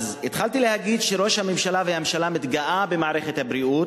התחלתי להגיד שראש הממשלה והממשלה מתגאים במערכת הבריאות,